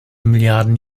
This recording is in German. milliarden